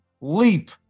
leap